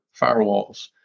firewalls